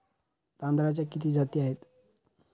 तांदळाच्या किती जाती आहेत?